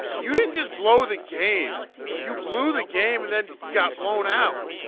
you didn't just blow the game you blew the game and then got blown out.